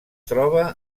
troba